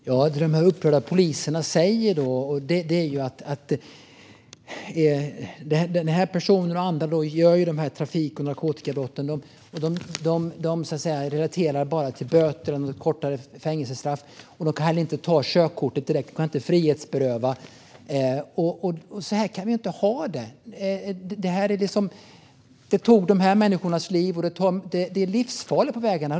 Fru talman! Det som de upprörda poliserna säger är att den här personen och de andra som begår dessa trafik och narkotikabrott bara kan dömas till böter eller kortare fängelsestraff. Man kan inte ta körkortet från dem direkt och inte frihetsberöva dem. Så här kan vi inte ha det. Det tog de här människornas liv. Det är livsfarligt på vägarna.